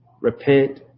repent